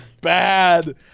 bad